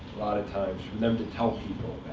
lot of times, for them to tell people